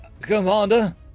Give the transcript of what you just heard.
commander